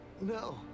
No